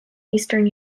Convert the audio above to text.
eastern